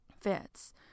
fits